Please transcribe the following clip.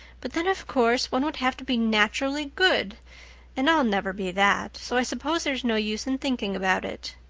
but then of course one would have to be naturally good and i'll never be that, so i suppose there's no use in thinking about it.